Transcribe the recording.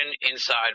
Inside